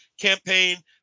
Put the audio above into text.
campaign